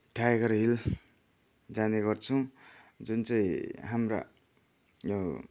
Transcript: tiger Hill जानेगर्छौँ जुन चाहिँ हाम्रा यो